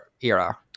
era